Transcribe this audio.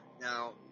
now